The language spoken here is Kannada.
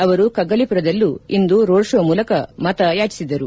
ಅವರು ಕಗ್ಗಲಿಮರದಲ್ಲೂ ಇಂದು ರೋಡ್ ಶೋ ಮೂಲಕ ಮತ ಯಾಚಿಸಿದರು